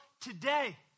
today